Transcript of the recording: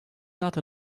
not